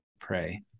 pray